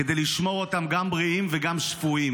כדי לשמור אותם גם בריאים וגם שפויים.